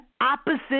opposite